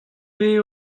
vez